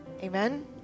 Amen